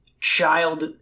child